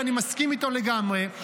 ואני מסכים איתו לגמרי,